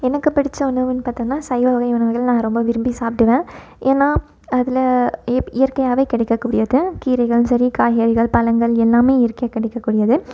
எனக்கு பிடித்த உணவுன்னு பாத்தோம்னா சைவ வகை உணவுகள் நான் ரொம்ப விரும்பி சாப்பிடுவேன் ஏன்னா அதில் இயற்கையாகவே கிடைக்கக்கூடியது கீரைகளும் சரி காய்கறிகள் பழங்கள் எல்லாம் இயற்கையாக கிடைக்கக்கூடியது